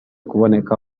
kuboneka